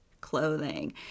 clothing